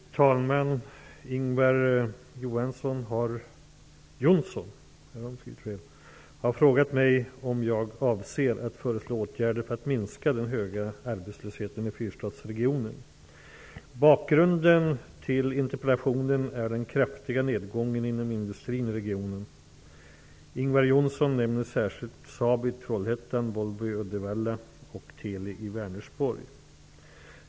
Fru talman! Ingvar Johnsson har frågat mig om jag avser att föreslå åtgärder för att minska den höga arbetslösheten i Fyrstadsregionen. Bakgrunden till interpellationen är den kraftiga nedgången inom industrin i regionen. Ingvar Johnsson nämner särskilt Saab i Trollhättan, Volvo i Uddevalla och Teli i Vänersborg.